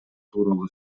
тууралуу